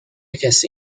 کسی